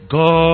God